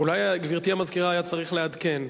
אולי, גברתי המזכירה, היה צריך לעדכן: